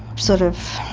sort of,